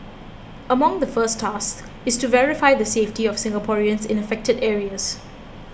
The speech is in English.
among the first tasks is to verify the safety of Singaporeans in affected areas